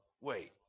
wait